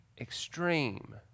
extreme